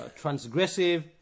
transgressive